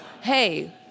hey